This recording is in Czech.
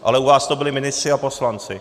Ale u vás to byli ministři a poslanci.